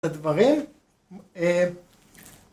הדברים